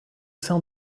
sein